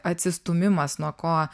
atsistūmimas nuo ko